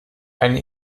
eine